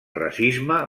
racisme